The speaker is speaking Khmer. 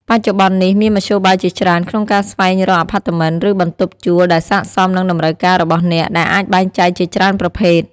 បច្ចុប្បន្ននេះ មានមធ្យោបាយជាច្រើនក្នុងការស្វែងរកអាផាតមិន ឬបន្ទប់ជួលដែលស័ក្តិសមនឹងតម្រូវការរបស់អ្នក ដែលអាចបែងចែកជាច្រើនប្រភេទ។